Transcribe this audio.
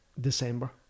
December